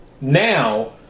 now